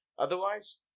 Otherwise